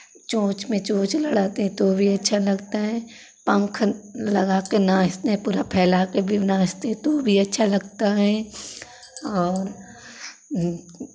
चोंच में चोंच लड़ाते हैं तो भी अच्छा लगता है पंख लगा के नाचते हैं पूरा फैला के भी नाचते हैं तो भी अच्छा लगता है और